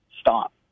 stop